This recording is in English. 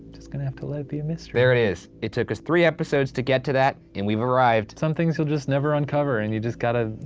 just gonna have to let it be a mystery. there it is. it took us three episodes to get to that, and we've arrived. some things you'll just never uncover, and you just gotta,